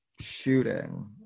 shooting